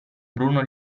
bruno